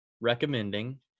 recommending